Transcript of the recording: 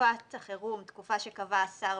"תקופת החירום" תקופה שקבע השר,